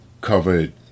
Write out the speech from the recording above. covered